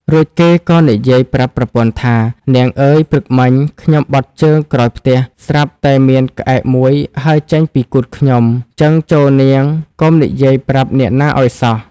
រួចគេក៏និយាយប្រាប់ប្រពន្ធថា៖ "នាងអើយ ព្រឹកមិញ ខ្ញុំបត់ជើងក្រោយផ្ទះ ស្រាប់តែមានក្អែកមួយហើរចេញពីគូទខ្ញុំ ចឹងចូរនាងកុំនិយាយប្រាប់អ្នកណាឱ្យសោះ"។